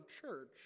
church